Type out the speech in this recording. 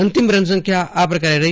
અંતીમ run સંખ્યા આ પ્રકારે રહી